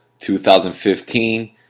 2015